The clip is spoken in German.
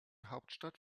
hauptstadt